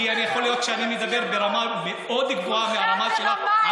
כי יכול להיות שאני מדבר ברמה מאוד גבוהה מהרמה שלך,